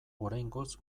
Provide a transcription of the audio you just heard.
oraingoz